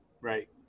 Right